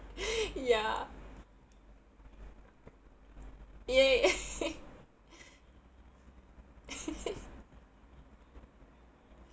ya ya ya